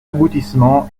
aboutissement